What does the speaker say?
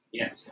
yes